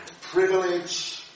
privilege